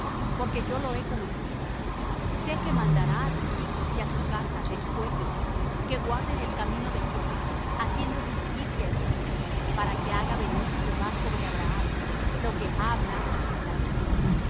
porque yo lo he conocido sé que mandará á sus hijos y á su casa después de sí que guarden el camino de jehová haciendo justicia y juicio para que haga venir jehová sobre abraham lo que ha hablado acerca de él